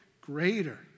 greater